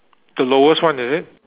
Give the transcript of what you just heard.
the lowest one is it